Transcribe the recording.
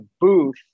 booth